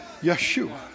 Yeshua